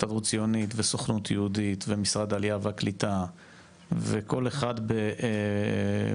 הסתדרות ציונית וסוכנות יהודית ומשרד העלייה והקליטה וכל אחד בתחומו,